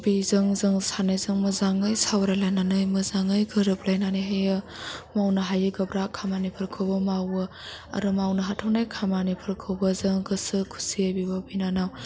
बेजों जों सानैजों मोजाङै रावरायलायनानै मोजाङै गोरोबलायनानै होयो मावनो हायि गोब्राब खामानिफोरखौबो मावो आरो मावनो हाथावनाय खामानिफोरखौबो जों गोसो खुसियै बिब' बिनानाव